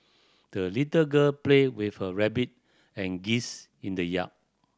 the little girl played with her rabbit and geese in the yard